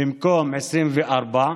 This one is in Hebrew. במקום 24,